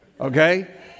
okay